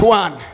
one